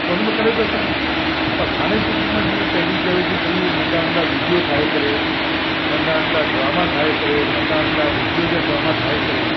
त उनमें करे था सघूं पर हाणे चूंकि मां पहिरीं चयो की भई नंढा नंढा वीडियो ठाहे करे नंढा नंढा ड्रामा ठाहे करे नंढा नंढा रेडियो जा ड्रामा ठाहे करे